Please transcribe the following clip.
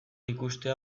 ikustea